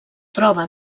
troba